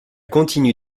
continue